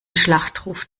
schlachtruf